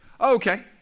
Okay